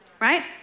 Right